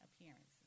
appearances